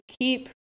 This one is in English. keep